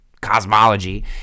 cosmology